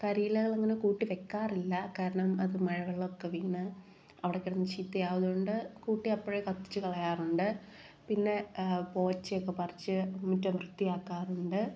കരിയിലകളങ്ങനെ കൂട്ടി വെക്കാറില്ല കാരണം അത് മഴ വെള്ളമൊക്കെ വീണ് അവിടെ കിടന്ന് ചീത്തയാകുന്നത് കൊണ്ട് കൂട്ടി അപ്പോഴേ കത്തിച്ച് കളയാറുണ്ട് പിന്നെ പോച്ചെയൊക്കെപ്പറിച്ച് മുറ്റം വൃത്തിയാക്കാറുണ്ട്